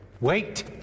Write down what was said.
Wait